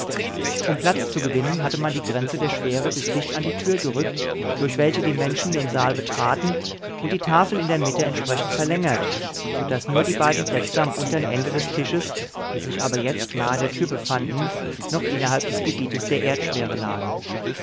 um platz zu gewinnen hatte man die grenze der schwere bis dicht an die tür gerückt durch welche die menschen den saal betraten und die tafel in der mitte entsprechend verlängert so daß nur die beiden plätze am untern ende des tisches die sich aber jetzt nahe der tür befanden noch innerhalb des gebietes der erdschwere lagen